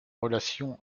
relation